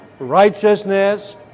Righteousness